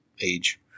age